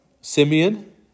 Simeon